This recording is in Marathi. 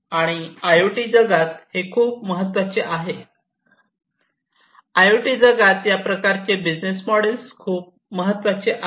आणि आयओटी जगात हे खूप महत्वाचे आहे आयओटी जगात या प्रकारचे बिझनेस मोडेल खूप महत्वाचे आहे